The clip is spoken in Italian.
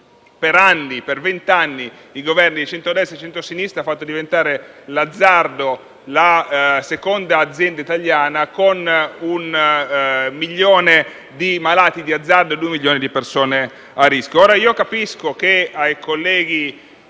continuità, per vent'anni i Governi di centrodestra e di centrosinistra, hanno fatto diventare l'azzardo la seconda azienda italiana, con un milione di malati di azzardo e due milioni di persone a rischio.